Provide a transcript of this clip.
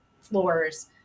floors